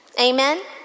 Amen